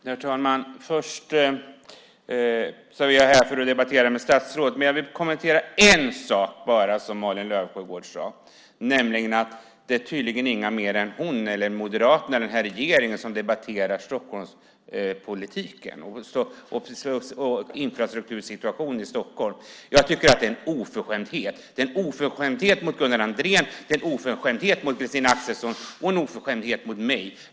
Herr talman! Först är jag här för att debattera med statsrådet, men jag vill bara kommentera en sak som Malin Löfsjögård sade, nämligen att det inte är några fler än hon, Moderaterna och regeringen som debatterar Stockholmspolitiken och infrastruktursituationen i Stockholm. Jag tycker att det är en oförskämdhet. Det är en oförskämdhet mot Gunnar Andrén, mot Christina Axelsson och mot mig.